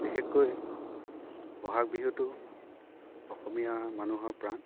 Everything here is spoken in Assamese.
বিশেষকৈ বহাগ বিহুটো অসমীয়া মানুহৰ প্ৰাণ